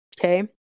Okay